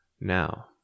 Now